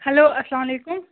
hello السلامُ علیکُم